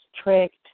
strict